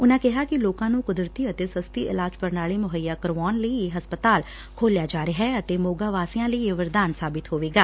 ਉਨੂਾਂ ਕਿਹਾ ਕਿ ਲੋਕਾਂ ਨੂੰ ਕੁਦਰਤੀ ਅਤੇ ਸਸਤੀ ਇਲਾਜ ਪ੍ਰਣਾਲੀ ਮਹੱਈਆ ਕਰਵਾਉਣ ਲਈ ਇਹ ਹਸਪਤਾਲ ਖੋਲਿਆ ਜਾ ਰਿਹੈ ਅਤੇ ਮੋਗਾ ਵਾਸੀਆਂ ਲਈ ਇਹ ਵਰਦਾਨ ਸਾਬਤ ਹੋਵੇਗਾ